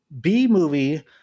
b-movie